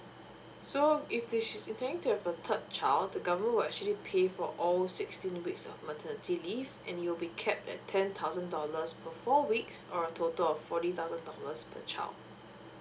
so if they she's intending to have a third child the government will actually pay for all sixteen weeks of maternity leave and it'll be capped at ten thousand dollars for four weeks or a total of forty thousand dollars per child